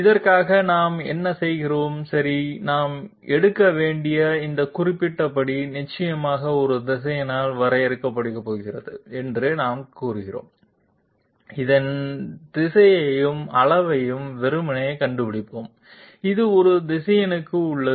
இதற்காக நாம் என்ன செய்கிறோம் சரி நாம் எடுக்க வேண்டிய இந்த குறிப்பிட்ட படி நிச்சயமாக ஒரு திசையனால் வரையறுக்கப்படப்போகிறது என்று நாம் கூறுகிறோம்அதன் திசையையும் அளவையும் வெறுமனே கண்டுபிடிப்போம் இது ஒரு திசையனுக்கு உள்ளது